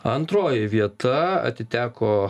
antroji vieta atiteko